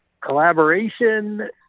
collaboration